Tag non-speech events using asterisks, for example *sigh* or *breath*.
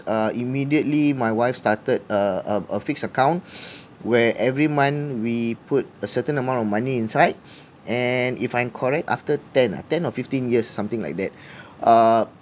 uh immediately my wife started a a a fixed account *breath* where every month we put a certain amount of money inside and if I'm correct after ten ah ten or fifteen years something like that uh